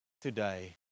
today